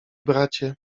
bracie